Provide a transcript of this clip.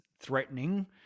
threatening